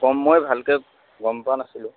মই ভালকে গম পোৱা নাছিলোঁ